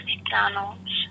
McDonald's